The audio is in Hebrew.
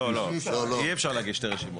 לא, לא, יהיה אפשר להגיש שתי רשימות.